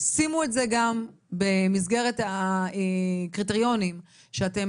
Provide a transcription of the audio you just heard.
שימו את זה גם במסגרת הקריטריונים שבהם אתם